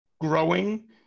growing